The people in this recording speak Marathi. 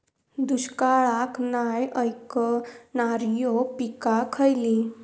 दुष्काळाक नाय ऐकणार्यो पीका खयली?